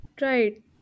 Right